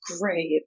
great